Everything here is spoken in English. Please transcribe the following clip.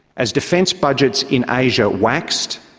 as defence budgets in asia waxed,